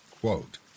quote